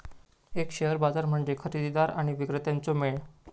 एक शेअर बाजार म्हणजे खरेदीदार आणि विक्रेत्यांचो मेळ